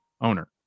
owner